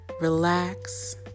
relax